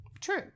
True